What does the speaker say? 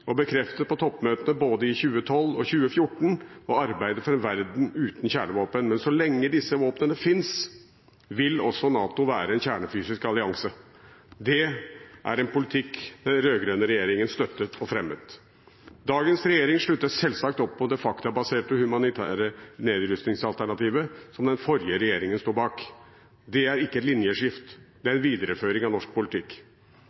og bekreftet på toppmøtet både i 2012 og i 2014 å arbeide for en verden uten kjernevåpen. Men så lenge disse våpnene fins, vil også NATO være en kjernefysisk allianse. Det er en politikk den rød-grønne regjeringen støttet og fremmet. Dagens regjering slutter selvsagt opp om det faktabaserte og humanitære nedrustningsalternativet som den forrige regjeringen sto bak. Det er ikke et linjeskifte, det er en videreføring av norsk politikk.